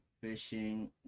Fishing